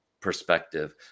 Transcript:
perspective